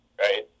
right